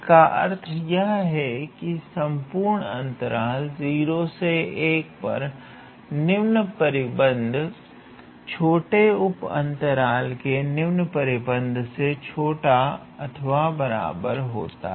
इसका अर्थ यह है कि इस संपूर्ण अंतराल 01 पर निम्न परिबद्ध प्रत्येक छोटे उप अंतराल के निम्न परिबद्ध से छोटा अथवा बराबर होगा